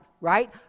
right